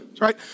right